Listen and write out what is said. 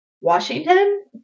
Washington